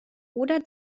oder